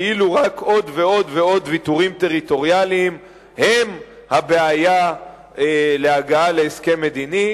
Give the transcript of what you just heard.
כאילו רק עוד ועוד ויתורים טריטוריאליים הם הבעיה להגעה להסכם מדיני,